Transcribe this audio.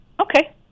Okay